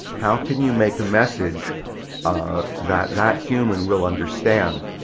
how can you make a message ah that that human will understand?